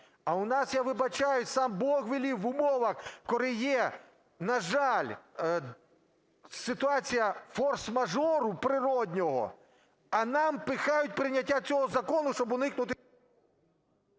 А у нас, я вибачаюсь, сам Бог велів в умовах, коли є, на жаль, ситуація форс-мажору природнього, а нам пхають прийняття цього закону, щоб уникнути…